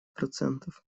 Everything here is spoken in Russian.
процентов